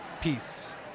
peace